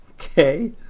Okay